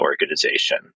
organization